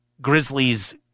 Grizzlies